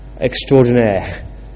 extraordinaire